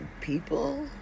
people